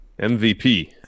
MVP